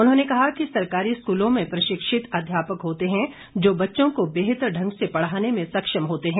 उन्होंने कहा कि सरकारी स्कूलों में प्रशिक्षित अध्यापक होते हैं जो बच्चों को बेहतर ढंग से पढ़ाने में सक्षम होते हैं